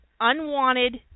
unwanted